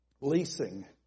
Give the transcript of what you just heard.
leasing